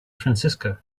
francisco